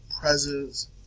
Presence